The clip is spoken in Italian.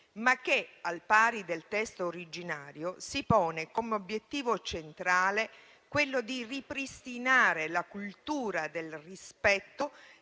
ma che, al pari del testo originario, si pone come obiettivo centrale quello di ripristinare la cultura del rispetto